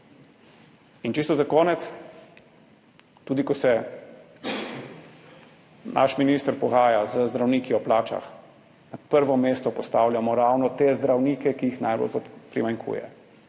In čisto za konec, tudi ko se naš minister pogaja z zdravniki o plačah, na prvo mesto postavljamo ravno te zdravnike, ki jih najbolj primanjkuje,